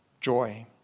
joy